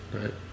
right